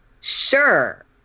Sure